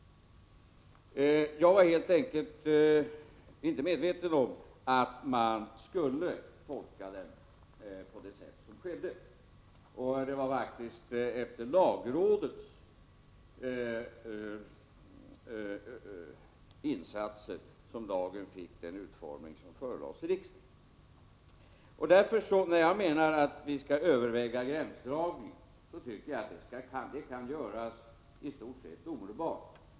Jag var helt enkelt inte medveten om att man skulle tolka den på det sätt som skedde. Det var faktiskt efter lagrådets insatser som lagen fick den utformning som förelades riksdagen. När jag säger att vi skall överväga gränsdragningen menar jag att det kan göras i stort sett omedelbart.